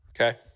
Okay